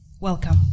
Welcome